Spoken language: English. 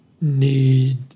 need